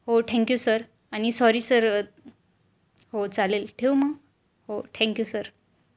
हो thank you sir आणि sorry sir हो चालेल ठेव मग हो ठँक्यू सर